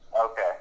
Okay